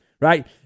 Right